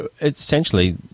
essentially